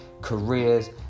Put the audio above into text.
careers